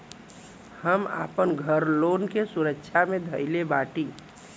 हम आपन घर लोन के सुरक्षा मे धईले बाटी